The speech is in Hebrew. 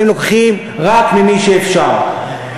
אתם לוקחים רק ממי שאפשר,